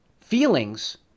feelings